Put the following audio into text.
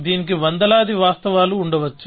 దీనికి వందలాది వాస్తవాలు ఉండ వచ్చు